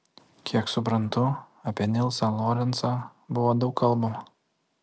kiek suprantu apie nilsą lorencą buvo daug kalbama